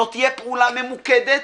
זאת תהיה פעולה ממוקדת